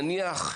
נניח,